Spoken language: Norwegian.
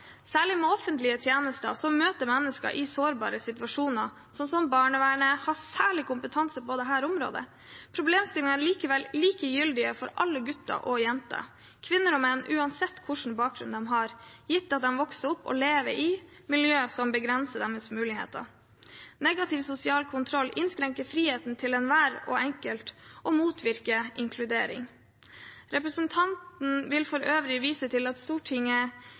Særlig må offentlige tjenester som møter mennesker i sårbare situasjoner, sånn som barnevernet, ha særlig kompetanse på dette området. Problemstillingen er likevel like gyldig for alle gutter og jenter, kvinner og menn, uansett hvilken bakgrunn de har, gitt at de vokser opp og lever i miljø som begrenser deres muligheter. Negativ sosial kontroll innskrenker friheten til hver enkelt og motvirker inkludering. Jeg vil for øvrig vise til at Stortinget